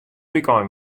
wykein